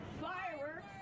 fireworks